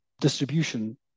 distribution